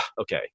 okay